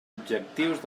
objectius